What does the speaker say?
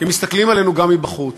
כי מסתכלים עלינו גם מבחוץ.